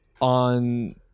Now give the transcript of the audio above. on